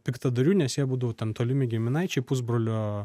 piktadarių nes jie būdavo ten tolimi giminaičiai pusbrolio